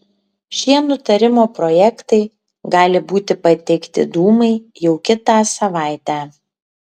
šie nutarimo projektai gali būti pateikti dūmai jau kitą savaitę